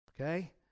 okay